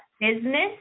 business